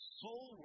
soul